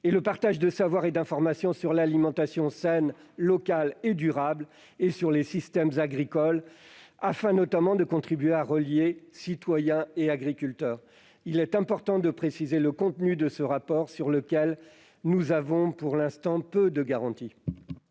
de partage de savoirs et d'informations sur l'alimentation saine, locale et durable, ainsi que sur les systèmes agricoles, afin, notamment, de contribuer à relier citoyens et agriculteurs. Il est important de préciser le contenu de ce rapport sur lequel nous avons, pour l'instant, peu de garanties.